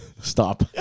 Stop